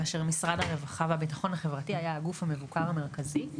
כאשר משרד הרווחה והביטחון החברתי היה הגוף המבוקר המרכזי.